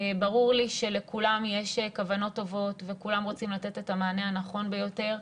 ברור לי שלכולם יש כוונות טובות וכולם רוצים לתת את המענה הנכון ביותר,